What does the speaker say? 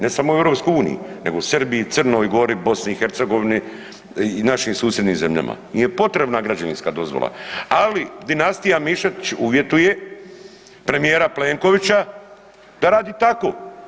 Ne samo u EU, nego u Srbiji, Crnoj Gori, BiH i našim susjednim zemljama, njim je potrebna građevinska dozvola, ali dinastija Mišetić uvjetuje premijera Plenkovića da radi tako.